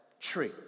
tree